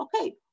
Okay